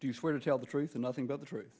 you swear to tell the truth and nothing but the truth